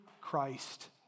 Christ